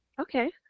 Okay